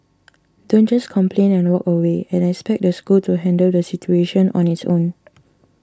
don't just complain and walk away and expect the school to handle the situation on its own